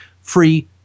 free